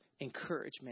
encouragement